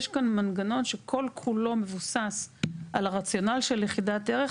יש כאן מנגנון שכל כולו מבוסס על הרציונל של יחידת ערך,